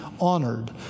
honored